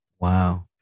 Wow